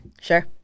Sure